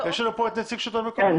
פה את נציג שלטון מקומי?